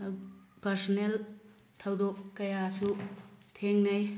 personal ꯊꯧꯗꯣꯛ ꯀꯌꯥꯁꯨ ꯊꯦꯡꯅꯩ